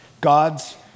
Gods